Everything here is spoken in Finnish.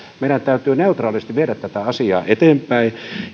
meidän täytyy neutraalisti viedä tätä asiaa eteenpäin